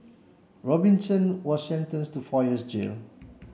Robinson was sentence to four years jail